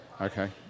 Okay